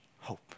hope